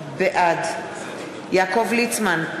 בעד יעקב ליצמן,